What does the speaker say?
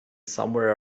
somewhere